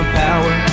power